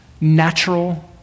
natural